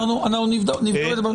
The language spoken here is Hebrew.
כן, בסדר, אנחנו נבדוק את זה.